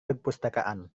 perpustakaan